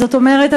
זאת אומרת,